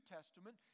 Testament